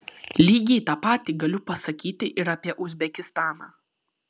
lygiai tą patį galiu pasakyti ir apie uzbekistaną